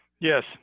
Yes